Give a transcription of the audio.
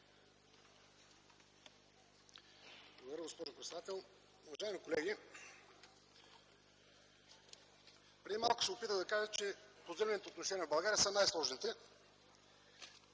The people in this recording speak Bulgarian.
госпожо председател. Уважаеми колеги, преди малко се опитах да кажа, че поземлените отношения в България са най-сложните.